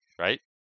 right